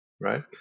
right